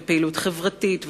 ופעילות חברתית,